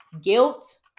guilt